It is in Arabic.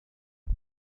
أنا